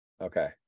okay